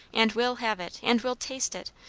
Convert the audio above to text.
and will have it and will taste it,